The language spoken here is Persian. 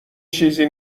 چیزی